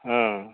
ହଁ